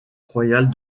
royale